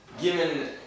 given